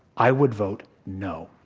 i would vote, no.